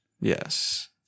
Yes